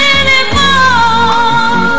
anymore